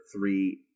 three